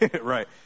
Right